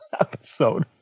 Episode